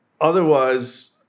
Otherwise